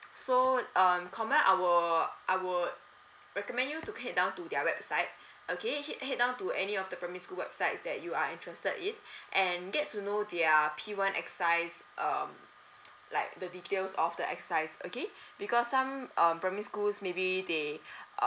so um kamil I will I would recommend you to head down to their website okay hea~ head down to any of the primary school website that you are interested in and get to know their P one exercise um like the details of the exercise okay because some um primary schools maybe they